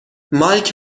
مایک